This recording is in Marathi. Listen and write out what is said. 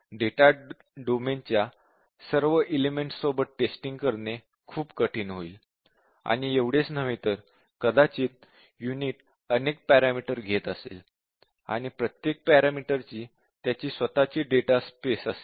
डेटा डोमेनच्या सर्व एलिमेंट्स सोबत टेस्टिंग करणे खूप कठीण होईल आणि एवढेच नव्हे तर कदाचित युनिट अनेक पॅरामीटर्स घेत असेल आणि प्रत्येक पॅरामीटर ची त्याची स्वतःची डेटा स्पेस असेल